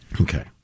Okay